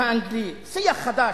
שיח חדש.